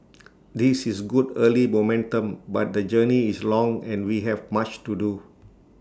this is good early momentum but the journey is long and we have much to do